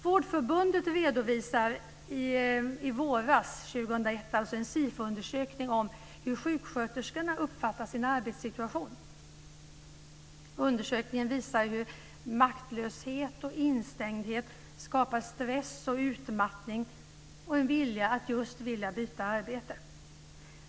Vårdförbundet redovisade i våras, alltså 2001, en SIFO-undersökning om hur sjuksköterskorna uppfattar sin arbetssituation. Undersökningen visar hur maktlöshet och instängdhet skapar stress och utmattning och en vilja att byta arbete.